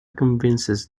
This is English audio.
convinces